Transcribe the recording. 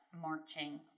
marching